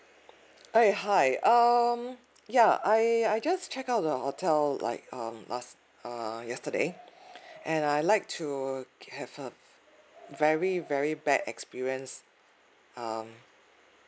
eh hi um ya I I just check out the hotel like um last err yesterday and I like to have a very very bad experience uh